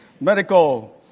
medical